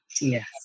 Yes